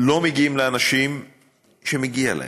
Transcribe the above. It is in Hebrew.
לא מגיעים לאנשים שמגיע להם,